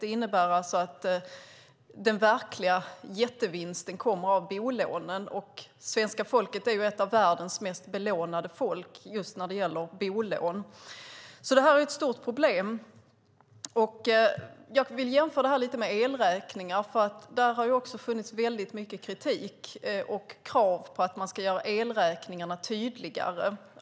Det innebär att den verkliga jättevinsten kommer från bolånen. Svenska folket är ett av världens mest belånade folk när det gäller bolån. Det är ett stort problem. Jag vill jämföra detta med elräkningar. Där har framkommit kritik och krav på att göra elräkningarna tydligare.